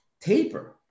taper